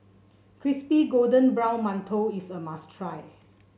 Crispy Golden Brown Mantou is a must try